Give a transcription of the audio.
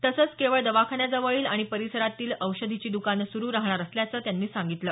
तसंच केवळ दवाखान्याजवळील आणि परिसरातलीच औषधीची दकानं सुरु राहणार असल्याचं त्यांनी सांगितलं